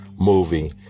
movie